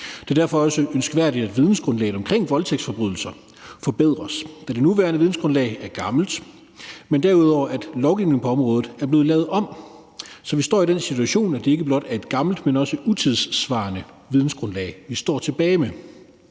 Det er derfor også ønskværdigt, at vidensgrundlaget om voldtægtsforbrydelser forbedres, da det nuværende videngrundlag er gammelt. Derudover er lovgivningen på området blevet lavet om, så vi står i den situation, at det ikke blot er et gammelt, men også utidssvarende vidensgrundlag, vi står tilbage med.